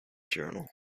journal